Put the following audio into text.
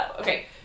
Okay